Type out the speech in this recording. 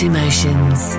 Emotions